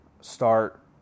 Start